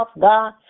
God